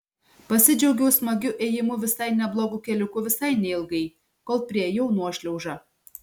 pasidžiaugiau smagiu ėjimu visai neblogu keliuku visai neilgai kol priėjau nuošliaužą